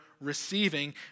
receiving